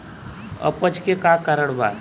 अपच के का कारण बा?